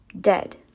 dead